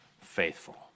faithful